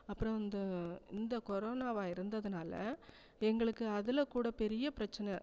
அப்புறம் இந்த இந்த கொரோனாவாக இருந்ததுனால் எங்களுக்கு அதில்கூட பெரிய பிரச்சின